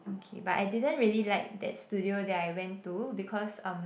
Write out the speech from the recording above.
okay but I didn't really like that studio that I went to because um